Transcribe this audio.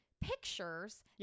pictures